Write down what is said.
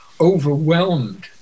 overwhelmed